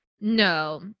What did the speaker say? no